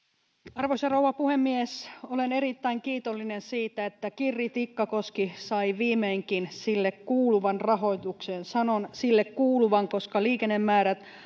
arvoisa rouva puhemies olen erittäin kiitollinen siitä että kirri tikkakoski sai viimeinkin sille kuuluvan rahoituksen sanon sille kuuluvan koska liikennemäärät